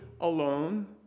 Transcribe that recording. alone